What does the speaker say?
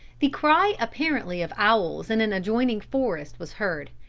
the cry apparently of owls in an adjoining forest was heard,